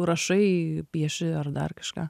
rašai pieši ar dar kažką